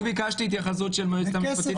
רק ביקשתי התייחסות של היועצת המשפטית